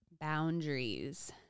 Boundaries